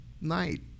night